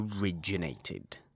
originated